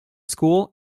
school